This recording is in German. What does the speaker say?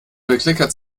bekleckert